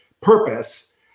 purpose